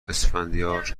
اسفندیار